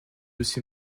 aussi